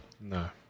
No